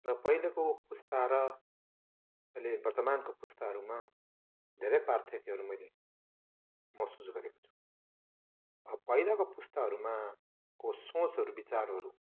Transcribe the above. र पहिलेको पुस्ता र अहिले वर्तमानको पुस्ताहरूमा धेरै पार्थक्यहरू मैले महसुस गरेको छु पहिलाको पुस्ताहरूमा कोसोचहरू विचारहरू